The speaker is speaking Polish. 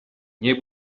nie